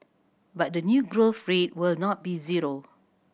but the new growth rate will not be zero